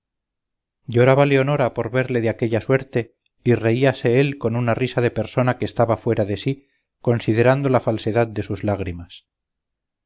lloraba leonora por verle de aquella suerte y reíase él con una risa de persona que estaba fuera de sí considerando la falsedad de sus lágrimas